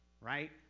Right